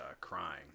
crying